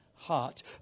heart